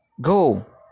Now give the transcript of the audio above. go